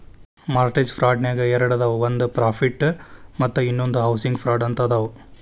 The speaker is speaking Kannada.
ಮಾರ್ಟೆಜ ಫ್ರಾಡ್ನ್ಯಾಗ ಎರಡದಾವ ಒಂದ್ ಪ್ರಾಫಿಟ್ ಮತ್ತ ಇನ್ನೊಂದ್ ಹೌಸಿಂಗ್ ಫ್ರಾಡ್ ಅಂತ ಅದಾವ